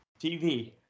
TV